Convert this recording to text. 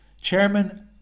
Chairman